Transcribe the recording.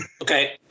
Okay